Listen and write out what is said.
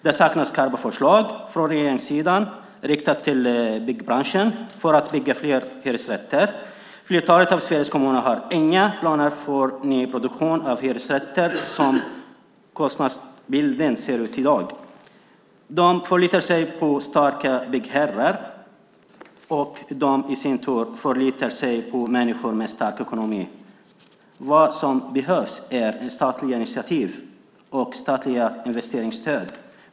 Det saknas skarpa förslag från regeringssidan riktade till byggbranschen för att bygga fler hyresrätter. Flertalet svenska kommuner har inga planer på nyproduktion av hyresrätter som kostnadsbilden ser ut i dag. De förlitar sig på starka byggherrar, och de i sin tur förlitar sig på människor med stark ekonomi. Det som behövs är statliga initiativ och statliga investeringsstöd.